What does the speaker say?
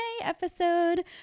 episode